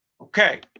okay